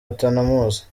atanamuzi